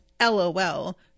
LOL